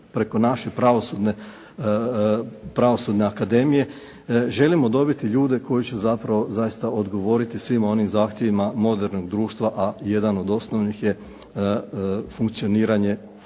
preko naše Pravosudne akademije želimo dobiti ljude koji će zapravo zaista odgovoriti svim onim zahtjevima modernog društva, a jedan od osnovnih je funkcioniranje pravosuđa